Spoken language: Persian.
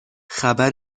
خبر